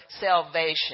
salvation